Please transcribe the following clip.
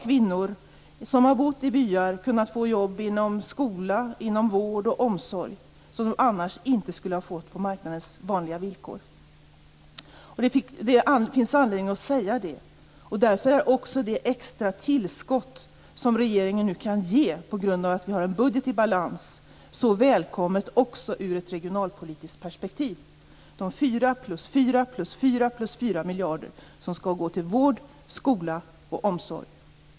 Kvinnor som har bott i byar har kunnat få jobb inom skola, vård och omsorg - jobb som de annars inte skulle ha fått på marknadens vanliga villkor. Det finns anledning att säga detta. Därför är också det extra tillskott som regeringen nu kan ge, på grund av att vi har en budget i balans, så välkommet också ur ett regionalpolitiskt perspektiv. Det rör sig om fyra plus fyra plus fyra plus fyra miljarder som skall gå till vård, skola och omsorg.